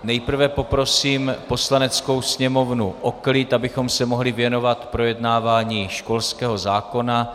Nejprve poprosím Poslaneckou sněmovnu o klid, abychom se mohli věnovat projednávání školského zákona.